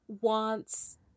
wants